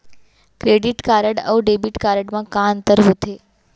Credit card अऊ debit card मा का अंतर होथे?